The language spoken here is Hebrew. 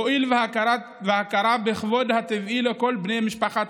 "הואיל והכרה בכבוד הטבעי שלכל בני משפחת